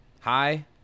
Hi